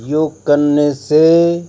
योग करने से